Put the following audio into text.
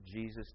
Jesus